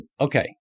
okay